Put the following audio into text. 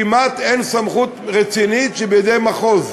כמעט אין סמכות רצינית בידי מחוז,